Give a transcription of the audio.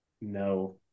No